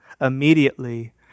immediately